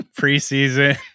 preseason